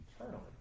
Eternally